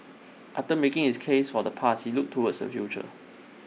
after making his case for the past he looked towards the future